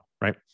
right